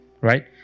Right